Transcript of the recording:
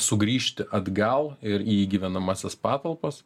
sugrįžti atgal ir į gyvenamąsias patalpas